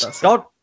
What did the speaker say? God